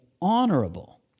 honorable